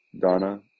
Donna